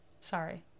Sorry